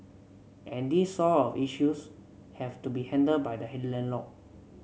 and these sort of issues have to be handled by the landlord